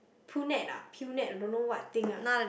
punnet ah punnet don't know what thing ah